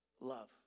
love